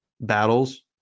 battles